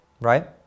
right